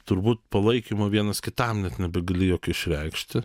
turbūt palaikymo vienas kitam net nebegali jokio išreikšti